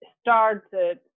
started